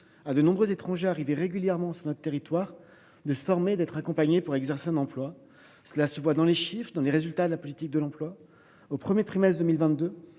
à de nombreuses étrangères il est régulièrement sur notre territoire de former, d'être accompagné pour exercer un emploi. Cela se voit dans les chiffres dans les résultats de la politique de l'emploi aux premiers trimestres 2022.